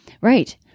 right